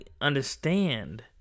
understand